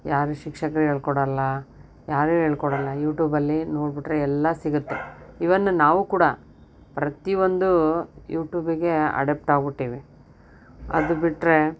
ಯಾರು ಶಿಕ್ಷಕರು ಹೇಳ್ಕೊಡಲ್ಲ ಯಾರು ಹೇಳ್ಕೊಡಲ್ಲ ಯೂಟ್ಯೂಬಲ್ಲಿ ನೋಡ್ಬಿಟ್ಟರೆ ಎಲ್ಲಾ ಸಿಗತ್ತೆ ಈವನ್ ನಾವು ಕೂಡ ಪ್ರತಿ ಒಂದು ಯೂಟ್ಯೂಬಿಗೆ ಅಡಪ್ಟ್ ಆಗ್ಬಿಟ್ಟೀವಿ ಅದು ಬಿಟ್ಟರೆ